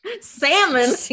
Salmon